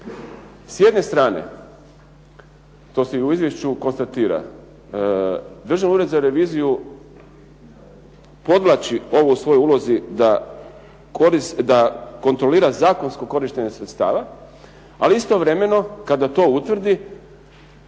S jedne strane, to se i u izvješću konstatira, Državni ured za reviziju podvlači ovo u svojoj ulozi da kontrolira zakonsko korištenje sredstava, ali istovremeno kada to utvrdi